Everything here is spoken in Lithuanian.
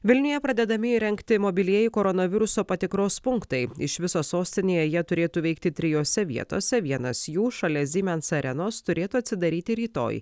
vilniuje pradedami įrengti mobilieji koronaviruso patikros punktai iš viso sostinėje jie turėtų veikti trijose vietose vienas jų šalia siemens arenos turėtų atsidaryti rytoj